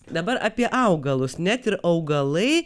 dabar apie augalus net ir augalai